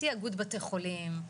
תאגוד בתי חולים,